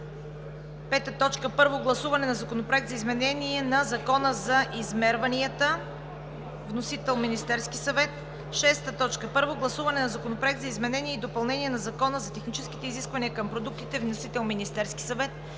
2017 г. 5. Първо гласуване на Законопроекта за изменение на Закона за измерванията. Вносител е Министерският съвет на 23 октомври 2017 г. 6. Първо гласуване на Законопроекта за изменение и допълнение на Закона за техническите изисквания към продуктите. Вносител е Министерският съвет